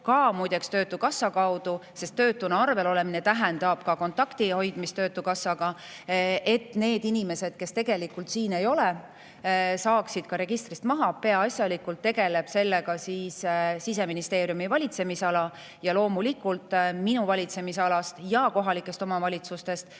ka muide töötukassa kaudu, sest töötuna arvel olemine tähendab ka kontakti hoidmist töötukassaga, et need inimesed, kes tegelikult siin ei ole, saaksid registrist maha. Peaasjalikult tegeleb sellega Siseministeeriumi valitsemisala ja loomulikult minu valitsemisalast ja kohalikest omavalitsustest